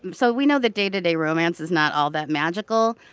so we know that day-to-day romance is not all that magical.